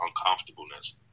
uncomfortableness